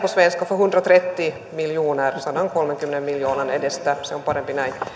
svenska för satakolmekymmentä miljoner sadankolmenkymmenen miljoonan edestä se on parempi näin